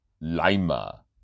Lima